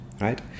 right